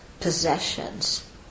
possessions